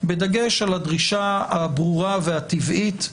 בדגש על הדרישה הברורה והטבעית,